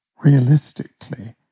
realistically